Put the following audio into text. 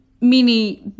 mini